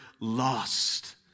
lost